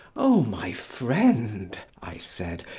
oh! my friend! i said.